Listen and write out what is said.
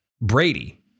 Brady